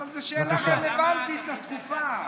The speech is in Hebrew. אבל זאת שאלה רלוונטית לתקופה.